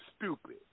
stupid